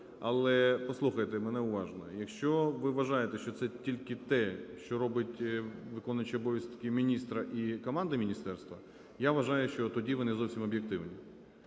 Але послухайте мене уважно. Якщо ви вважаєте, що це тільки те, що робить виконуючий обов'язки міністра і команди міністерства, я вважаю, що тоді ви не зовсім об'єктивні.